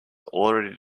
already